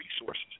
resources